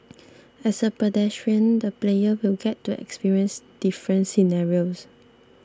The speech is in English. as a pedestrian the player will get to experience different scenarios